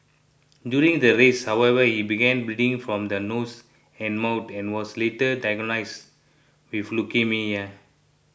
during the race however he began bleeding from the nose and mouth and was later diagnosed with leukaemia